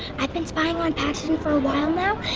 i've been spying on paxton for a while now,